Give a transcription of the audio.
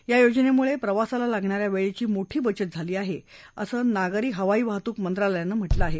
या योजनेमुळे प्रवासाला लागणाऱ्या वेळेची मोठी बचत झाली आहे असं नागरी हवाई वाहतूक मंत्रालयानं म्हटलं आहे